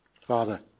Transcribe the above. Father